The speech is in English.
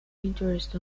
interest